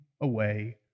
away